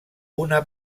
una